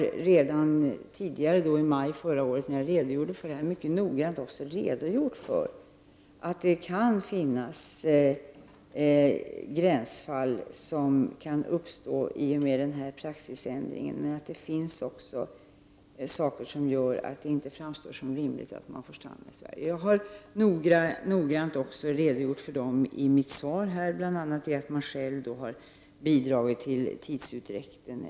Jag har tidigare, i maj förra året, mycket noggrant redogjort för att gränsfall kan uppstå med denna praxis, men det finns också saker som gör att det inte framstår som rimligt att en familj får stanna i Sverige. Jag har noggrant redogjort för sådana skäl i mitt svar, bl.a. att man själv har bidragit till tidsutdräkten.